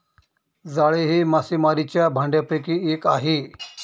जाळे हे मासेमारीच्या भांडयापैकी एक आहे